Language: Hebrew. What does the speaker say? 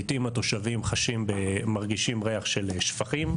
לעיתים התושבים חשים, מרגישים ריח של שפכים.